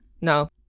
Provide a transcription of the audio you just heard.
No